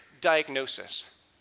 diagnosis